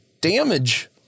damage